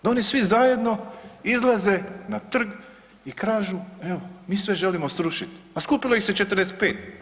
Da oni svi zajedno izlaze ne trg i kažu evo mi sve želimo srušiti, a skupilo ih se 45.